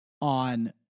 on